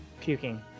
puking